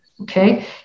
Okay